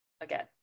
again